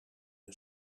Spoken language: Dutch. een